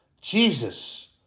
Jesus